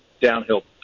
downhill